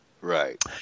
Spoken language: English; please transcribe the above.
Right